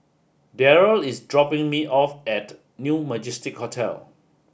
Daryl is dropping me off at New Majestic Hotel